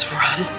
run